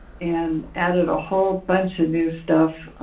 and added a whole bunch of new stuff.